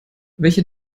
welche